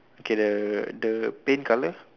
okay the the paint colour